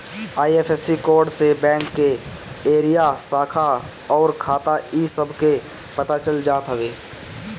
IFSC code से bank के area, शाखा अउरी खाता इ सब के पता चल जात हवे